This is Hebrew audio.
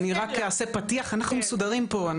יעל תדבר, אני רק אעשה פתיח, אנחנו מסודרים פה.